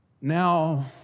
Now